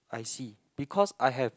I see because I have